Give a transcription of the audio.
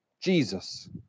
Jesus